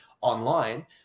online